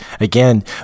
again